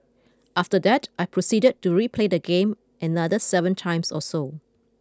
after that I proceeded to replay the game another seven times or so